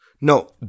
No